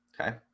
Okay